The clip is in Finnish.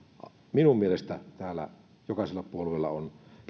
minun mielestäni täällä jokaisella puolueella on